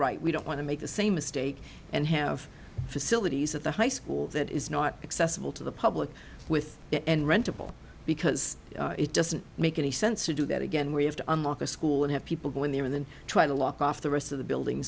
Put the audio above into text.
right we don't want to make the same mistake and have facilities at the high school that is not accessible to the public with the end rentable because it doesn't make any sense to do that again we have to unlock a school and have people go in there and then try to lock off the rest of the building